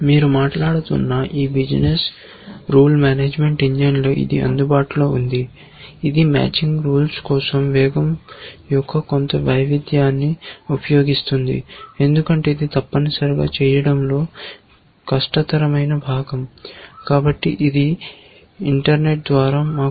మీరు మాట్లాడుతున్న ఈ బిజినెస్ రూల్ మేనేజ్మెంట్ ఇంజిన్లో ఇది అందుబాటులో ఉంది ఇది మ్యాచింగ్ రూల్స్ కోసం వేగం యొక్క కొంత వైవిధ్యాన్ని ఉపయోగిస్తుంది ఎందుకంటే ఇది తప్పనిసరిగా చేయడంలో కష్టతరమైన భాగం